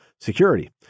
security